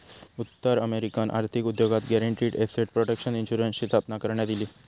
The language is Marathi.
उत्तर अमेरिकन आर्थिक उद्योगात गॅरंटीड एसेट प्रोटेक्शन इन्शुरन्सची स्थापना करण्यात इली